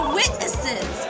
witnesses